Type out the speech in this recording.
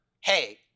hey